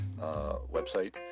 website